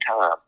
time